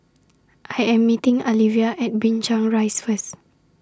I Am meeting Alivia At Binchang Rise First